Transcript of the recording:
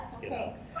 Thanks